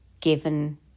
given